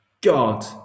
God